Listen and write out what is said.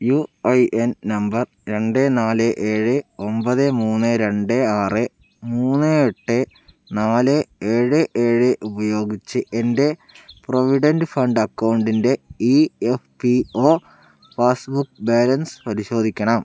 U I N number രണ്ട് നാല് ഏഴ് ഒമ്പത് മൂന്ന് രണ്ട് ആറ് മൂന്ന് എട്ട് നാല് ഏഴ് ഏഴ് ഉപയോഗിച്ച് എൻ്റെ പ്രൊവിഡൻറ്റ് ഫണ്ട് അക്കൗണ്ടിൻ്റെ E F P passbook balance പരിശോധിക്കണം